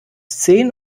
zehn